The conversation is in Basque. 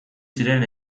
ziren